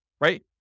right